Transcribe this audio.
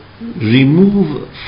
remove